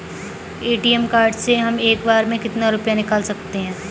ATM card से हम एक बार में कितना रुपया निकाल सकते हैं?